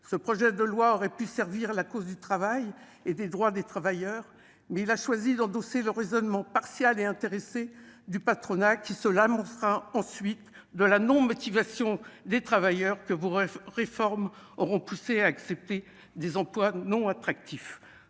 ce projet de loi aurait pu servir la cause du travail et des droits des travailleurs, il a choisi d'endosser le raisonnement partial et intéressé du patronat qui se l'amour sera ensuite de la non-motivation des travailleurs que vous réformes auront poussé à accepter des emplois non attractif,